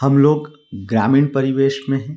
हमलोग ग्रामीण परिवेश में हैं